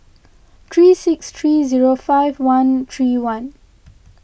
three six three zero five one three one